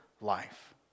life